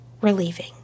relieving